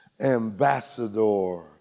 ambassador